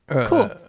Cool